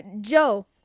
Joe